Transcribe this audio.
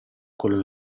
quello